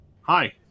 Hi